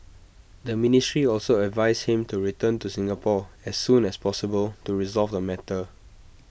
the ministry also advised him to return to Singapore as soon as possible to resolve the matter